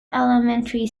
elementary